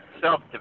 self